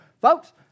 folks